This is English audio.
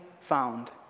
found